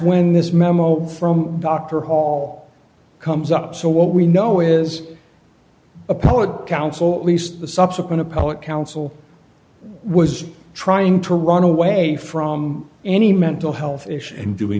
when this memo from dr hall comes up so what we know is a poet council least the subsequent appellate counsel was trying to run away from any mental health issue and do we